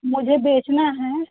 मुझे बेचना है